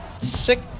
Six